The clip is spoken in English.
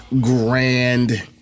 grand